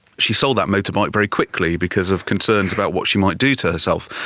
she sold that motorbike very quickly because of concerns about what she might do to herself.